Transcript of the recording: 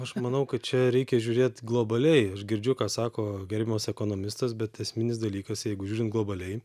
aš manau kad čia reikia žiūrėt globaliai aš girdžiu ką sako gerbiamas ekonomistas bet esminis dalykas jeigu žiūrint globaliai